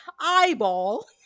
eyeball